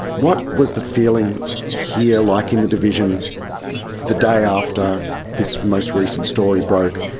what was the feeling here like in the division the day after this most recent story broke?